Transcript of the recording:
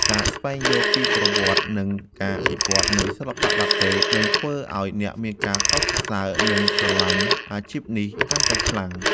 ការស្វែងយល់ពីប្រវត្តិ និងការវិវត្តនៃសិល្បៈឡាតេ នឹងធ្វើឱ្យអ្នកមានការកោតសរសើរ និងស្រឡាញ់អាជីពនេះកាន់តែខ្លាំង។